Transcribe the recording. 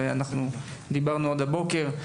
ודיברנו על כך הבוקר.